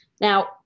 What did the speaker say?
Now